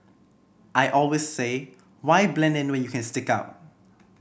I always say why blend in when you can stick out